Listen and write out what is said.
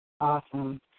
Awesome